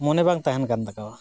ᱢᱚᱱᱮ ᱵᱟᱝ ᱛᱟᱦᱮᱱᱠᱟᱱ ᱛᱟᱠᱚᱣᱟ